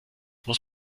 muss